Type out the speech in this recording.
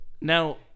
Now